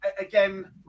again